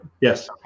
Yes